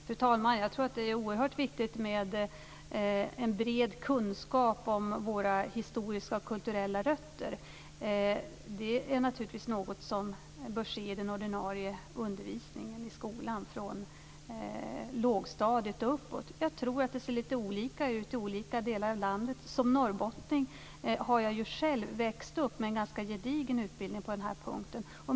Fru talman! Det är oerhört viktigt med en bred kunskap om våra historiska och kulturella rötter. Det är något som bör finnas med i den ordinarie undervisningen i skolan från lågstadiet och uppåt. Jag tror att det ser lite olika ut i olika delar av landet. Som norrbottning har jag själv växt upp med en ganska gedigen utbildning på den punkten.